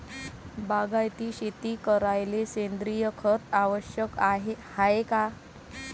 बागायती शेती करायले सेंद्रिय खत आवश्यक हाये का?